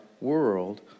world